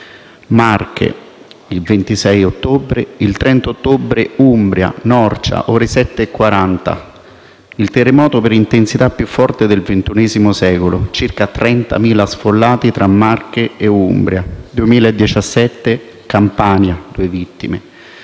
Marche il 26 ottobre e il 30 ottobre in Umbria, a Norcia, ore 7,40: il terremoto per intensità più forte del XXI secolo, circa 30.000 sfollati tra Marche e Umbria. Nel 2017, in Campania, due vittime.